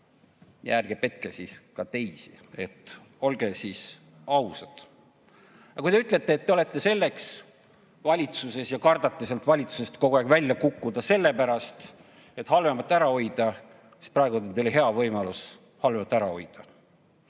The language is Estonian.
ja ärge petke ka teisi! Olge siis ausad! Ja kui te ütlete, et te olete selleks valitsuses ja kardate sealt valitsusest kogu aeg välja kukkuda sellepärast, et halvemat ära hoida, siis praegu on teil hea võimalus halvemat ära hoida.